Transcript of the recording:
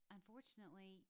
Unfortunately